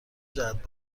جهت